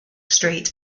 street